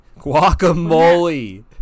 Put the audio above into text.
Guacamole